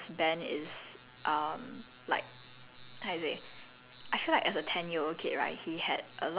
ya K so the err I would be ben because ben is uh like